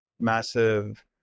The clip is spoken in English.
massive